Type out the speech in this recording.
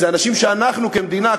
הם אנשים שאנחנו כמדינה,